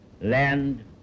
land